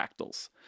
fractals